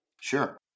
Sure